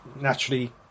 naturally